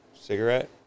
cigarette